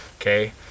Okay